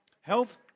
Health